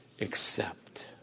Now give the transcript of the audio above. accept